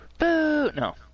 No